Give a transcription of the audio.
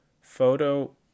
photo